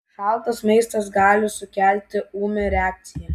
šaltas maistas gali sukelti ūmią reakciją